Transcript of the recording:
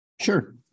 Sure